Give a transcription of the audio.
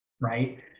right